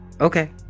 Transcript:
Okay